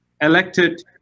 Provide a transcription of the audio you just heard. elected